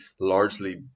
largely